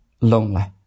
lonely